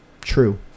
true